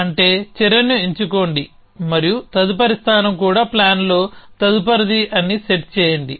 అంటే చర్యను ఎంచుకోండి మరియు తదుపరి స్థానం కూడా ప్లాన్లో తదుపరిది అని సెట్ చేయండి